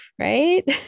Right